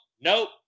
nope